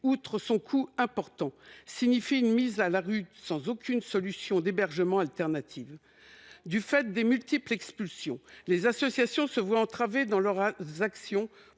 outre son coût important, signifie une mise à la rue sans aucune solution d'hébergement alternative. Du fait des multiples expulsions, les associations se trouvent entravées dans leur action